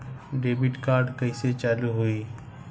Debit card कइसे चालू होई?